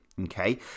okay